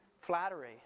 Flattery